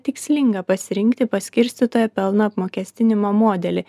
tikslinga pasirinkti paskirstytojo pelno apmokestinimo modelį